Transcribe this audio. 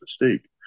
mistake